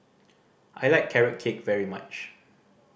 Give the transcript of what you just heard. I like Carrot Cake very much